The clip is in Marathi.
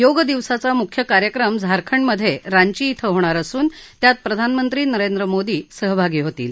योग दिवसाचा मुख्य कार्यक्रम झारखंडमध्ये रांची धिं होणार असून त्यात प्रधानमंत्री नरेंद्र मोदी सहभागी होतील